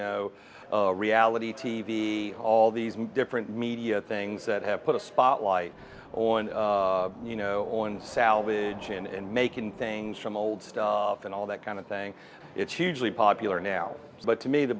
know reality t v all these different media things that have put a spotlight on you know on salvage and making things from old stuff and all that kind of thing it's hugely popular now but to me the